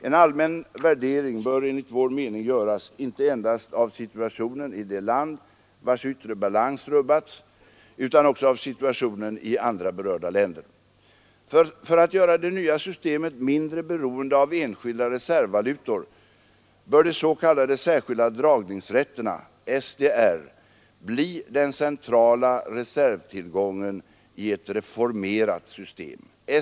En allmän värdering bör enligt vår mening göras inte endast av situationen i det land, vars yttre balans rubbats, utan också av situationen i andra berörda länder. För att göra det nya systemet mindre beroende av enskilda reservvalutor bör de s.k. särskilda dragningsrätterna — SDR — bli den centrala reservtillgången i ett reformerat system.